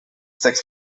six